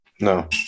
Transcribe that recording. No